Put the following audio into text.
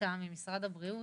- נטע ממשרד הבריאות,